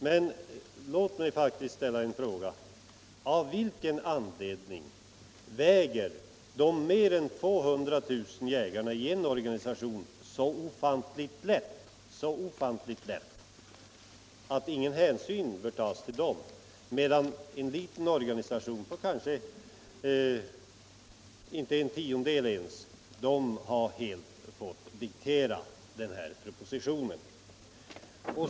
Men låt mig ställa en fråga: Av vilken anledning väger de mer än 200 000 jägarna i en organisation så ofantligt lätt att ingen hänsyn bör tas till dem, medan en liten organisation med ett medlemstal på kanske mindre än en tiondel har helt fått diktera denna proposition?